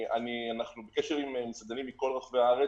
אנחנו בקשר עם מסעדנים מכל רחבי הארץ,